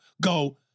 go